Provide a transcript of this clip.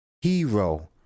hero